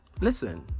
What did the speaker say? listen